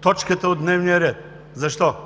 точката от дневния ред. Защо?